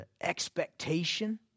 expectation